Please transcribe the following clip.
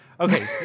Okay